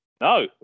No